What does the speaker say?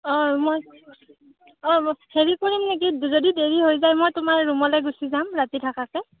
অঁ মই মই হেৰি কৰিম নেকি যদি দেৰী হৈ যায় মই তোমাৰ ৰুমলৈ গুচি যাম ৰাতি থকাকৈ